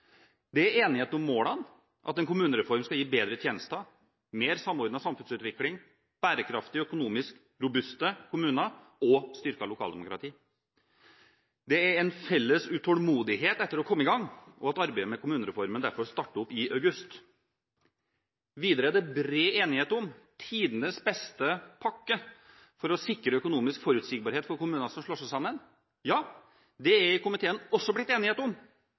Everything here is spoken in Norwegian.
Det er enighet om målene, at en kommunereform skal gi bedre tjenester, mer samordnet samfunnsutvikling, bærekraftige og økonomisk robuste kommuner og styrket lokaldemokrati. Det er en felles utålmodighet etter å komme i gang, og arbeidet med kommunereformen starter derfor opp i august. Det er bred enighet om tidenes beste «pakke» for å sikre økonomisk forutsigbarhet for kommuner som slår seg sammen. Ja, det er i komiteen også blitt enighet om